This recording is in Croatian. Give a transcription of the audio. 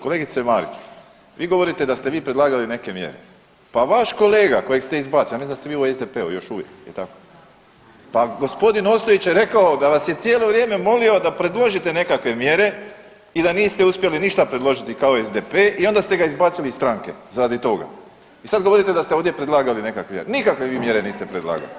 Kolegice Marić, vi govorite da ste vi predlagali neke mjere, pa vaš kolega kojeg ste izbacili, ja mislim da ste vi u SDP-u još uvijek jel tako [[Upadica iz klupe: Da]] pa g. Ostojić je rekao da vas je cijelo vrijeme molio da predložite nekakve mjere i da niste uspjeli ništa predložiti kao SDP i onda ste ga izbaciti iz stranke radi toga i sad govorite da ste ovdje predlagali nekakve mjere, nikakve vi mjere niste predlagali.